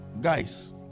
guys